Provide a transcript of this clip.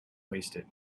wasted